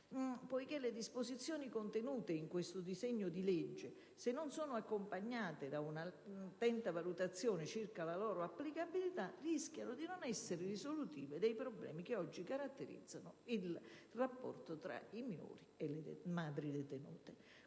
Le disposizioni contenute nel disegno di legge in esame, se non sono accompagnate da una attenta valutazione circa la loro applicabilità, rischiano di non essere risolutive dei problemi che oggi caratterizzano il rapporto tra i minori e le madri detenute.